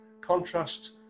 Contrast